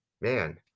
man